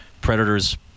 Predators